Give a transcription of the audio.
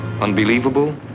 Unbelievable